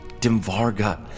Dimvarga